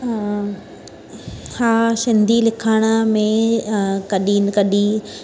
हा सिंधी लिखण में कॾहिं कॾहिं